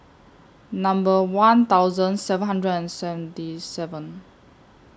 Number one thousand seven hundred and seventy seven